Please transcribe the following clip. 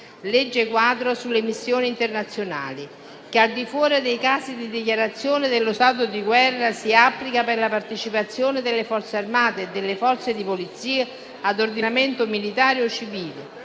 legge quadro sulle missioni internazionali, che, al di fuori dei casi di dichiarazione dello stato di guerra, si applica per la partecipazione delle Forze armate e delle Forze di polizia, ad ordinamento militare o civile,